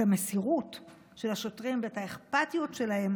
את המסירות של השוטרים ואת האכפתיות שלהם